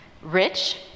Rich